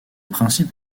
principes